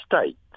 states